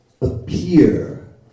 appear